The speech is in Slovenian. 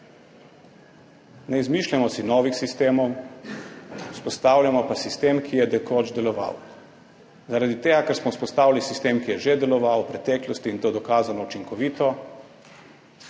Ne izmišljamo si novih sistemov, vzpostavljamo pa sistem, ki je nekoč deloval. Zaradi tega, ker smo vzpostavili sistem, ki je že deloval v preteklosti in to dokazano učinkovito,